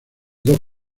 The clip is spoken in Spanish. dos